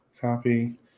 copy